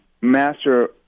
Master